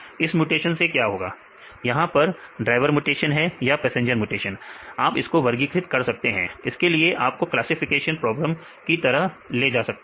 इस म्यूटेशन से क्या होगा क्या यह ड्राइवर म्यूटेशन है या पैसेंजर म्यूटेशन आप इसको वर्गीकृत कर सकते हैं इसलिए आप इसको क्लासिफिकेशन प्रोबलम की तरह ले सकते हैं